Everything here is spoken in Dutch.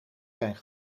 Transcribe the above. zijn